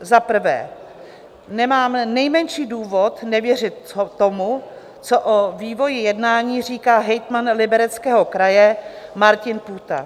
Za prvé nemám nejmenší důvod nevěřit tomu, co o vývoji jednání říká hejtman Libereckého kraje Martin Půta.